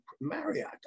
Marriott